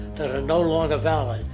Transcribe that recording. that are no longer valid,